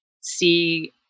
See